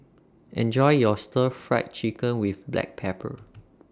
Enjoy your Stir Fried Chicken with Black Pepper